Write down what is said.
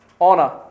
Honor